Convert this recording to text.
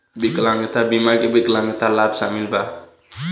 विकलांगता बीमा में विकलांगता लाभ शामिल बा